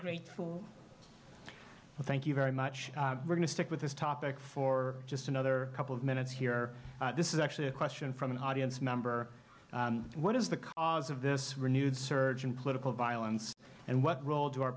grateful thank you very much we're going to stick with this topic for just another couple of minutes here this is actually a question from an audience member what is the cause of this renewed surge in political violence and what role do our